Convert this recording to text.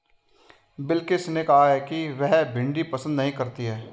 बिलकिश ने कहा कि वह भिंडी पसंद नही करती है